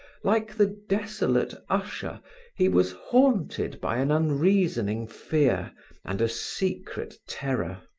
like the desolate usher he was haunted by an unreasoning fear and a secret terror.